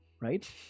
Right